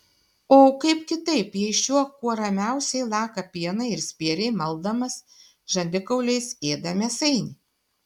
o kaip kitaip jei šuo kuo ramiausiai laka pieną ir spėriai maldamas žandikauliais ėda mėsainį